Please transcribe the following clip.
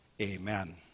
Amen